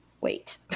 wait